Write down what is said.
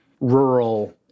rural